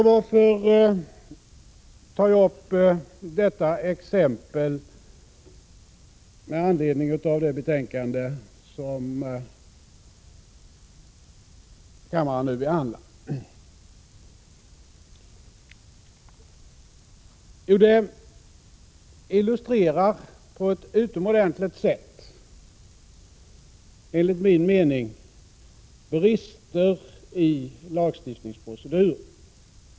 Varför tar jag upp detta exempel med anledning av det betänkande som kammaren nu behandlar? Jo, det illustrerar enligt min mening på ett utomordentligt sätt brister i lagstiftningsproceduren.